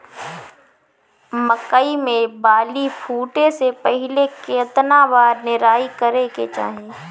मकई मे बाली फूटे से पहिले केतना बार निराई करे के चाही?